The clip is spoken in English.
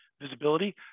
visibility